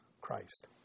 Christ